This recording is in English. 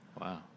Wow